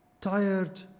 tired